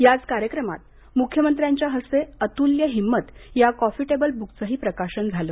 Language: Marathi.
याच कार्यक्रमात मुख्यमंत्र्यांच्या हस्ते अतुल्य हिंमत या कॉफीटेबल ब्कचं प्रकाशनही करण्यात आलं